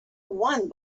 one